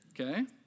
okay